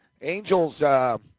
Angels